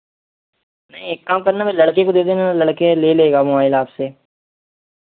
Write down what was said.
नहीं एक काम करना मैं लड़के को दे देना लड़के ले लेगा मोबाइल आपसे